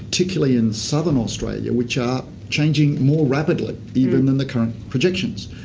particularly in southern australia which are changing more rapidly even than the current projections.